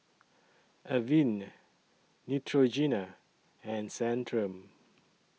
Avene Neutrogena and Centrum